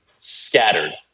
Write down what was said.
scattered